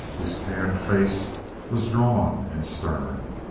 his tanned face was drawn and stern.